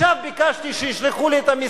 עכשיו ביקשתי שישלחו לי את,